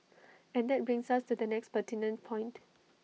and that brings us to the next pertinent point